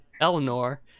Eleanor